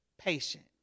patient